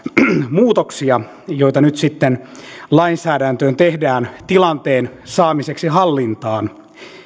muutoksia joita nyt sitten lainsäädäntöön tehdään tilanteen saamiseksi hallintaan